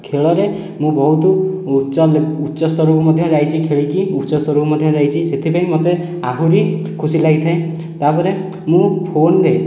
ଖେଳରେ ମୁଁ ବହୁତ ଉଚ୍ଚ ଉଚ୍ଚସ୍ତରକୁ ମଧ୍ୟ ଯାଇଛି ଖେଳିକି ଉଚ୍ଚସ୍ତରକୁ ମଧ୍ୟ ଯାଇଛି ସେଥିପାଇଁ ମୋତେ ଆହୁରି ଖୁସି ଲାଗିଥାଏ ତା'ପରେ ମୁଁ ଫୋନରେ